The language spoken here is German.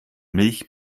milch